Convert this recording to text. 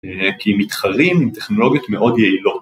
‫כי מתחרים טכנולוגיות מאוד יעילות.